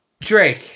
Drake